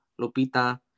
Lupita